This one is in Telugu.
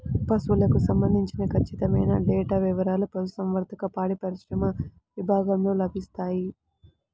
పశువులకు సంబంధించిన ఖచ్చితమైన డేటా వివారాలు పశుసంవర్ధక, పాడిపరిశ్రమ విభాగంలో లభిస్తాయి